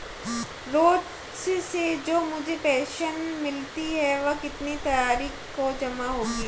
रोज़ से जो मुझे पेंशन मिलती है वह कितनी तारीख को जमा होगी?